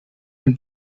ein